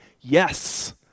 yes